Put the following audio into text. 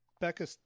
Becca